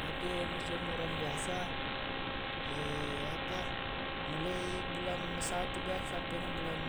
Yake musim urang biasa apa mulai bulan satu biasa sampai na bulan